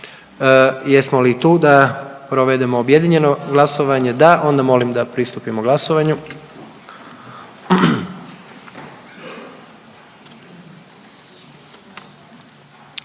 Jesmo li tu da provedemo objedinjeno glasovanje? Da. Onda molim da pristupimo glasovanju.